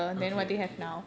okay okay